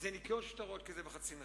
זה ניכיון שטרות כי זה בחצי מחיר.